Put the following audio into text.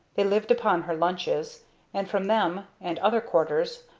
they lived upon her lunches and from them, and other quarters,